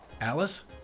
Alice